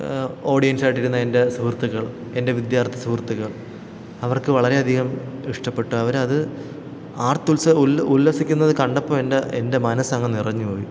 ഓഡിയൻസായിട്ടിരുന്ന എൻ്റെ സുഹൃത്തുക്കൾ എൻ്റെ വിദ്യാർത്ഥി സുഹൃത്തുക്കൾ അവർക്ക് വളരെയധികം ഇഷ്ടപ്പെട്ടു അവരത് ആർത്ത് ഉത്സ ഉൽ ഉല്ലസിക്കുന്നത് കണ്ടപ്പോൾ എൻ്റെ എൻ്റെ മനസ്സങ്ങ് നിറഞ്ഞു പോയി